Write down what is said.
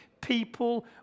people